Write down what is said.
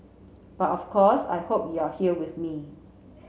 but of course I hope you're here with me